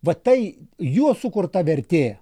va tai jo sukurta vertė